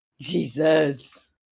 Jesus